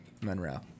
Monroe